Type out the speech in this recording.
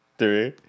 three